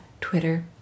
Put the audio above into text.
Twitter